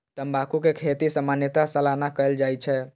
तंबाकू के खेती सामान्यतः सालाना कैल जाइ छै